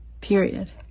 period